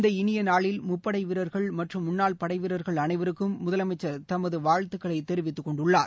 இந்த இனிய நாளில் முப்படை வீரர்கள் மற்றும் முன்னாள் படை வீரர்கள் அனைவருக்கும் முதலமைச்சர் தமது வாழ்த்துகளை தெரிவித்துக் கொண்டுள்ளார்